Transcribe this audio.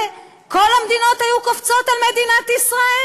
כל המדינות היו קופצות על מדינת ישראל.